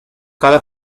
cada